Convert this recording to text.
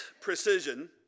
precision